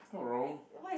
it's not wrong